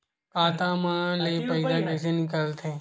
खाता मा ले पईसा कइसे निकल थे?